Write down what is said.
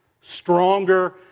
stronger